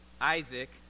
Isaac